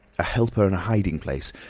a helper, and a hiding-place,